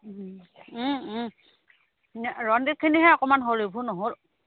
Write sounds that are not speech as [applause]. [unintelligible] ৰঞ্জিতখিনিহে অকণমান হ'ল এইবোৰ নহ'ৰু